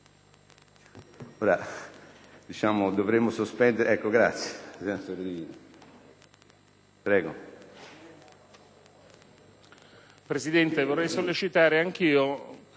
Presidente, vorrei sollecitare anch'io